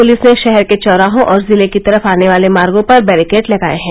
police ने शहर के चौराहों और जिले की तरफ आने वाले मार्गो पर बैरिकेड लगाए हैं